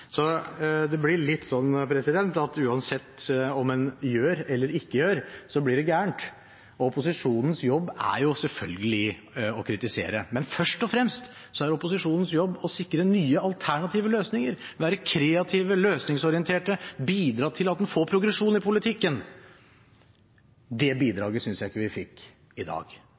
Det blir litt sånn at uansett hva en gjør eller ikke gjør, så blir det galt. Opposisjonens jobb er selvfølgelig å kritisere, men først og fremst er det opposisjonens jobb å sikre nye, alternative løsninger, være kreative, løsningsorienterte, bidra til at en får progresjon i politikken. Det bidraget synes jeg ikke vi fikk i dag.